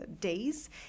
days